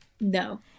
no